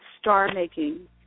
star-making